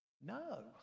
No